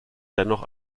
dennoch